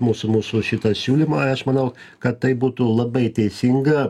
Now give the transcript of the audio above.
mūsų mūsų šitą siūlymą aš manau kad tai būtų labai teisinga